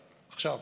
עכשיו,